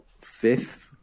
fifth